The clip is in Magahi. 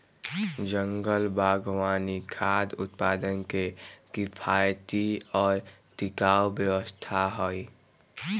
जंगल बागवानी खाद्य उत्पादन के किफायती और टिकाऊ व्यवस्था हई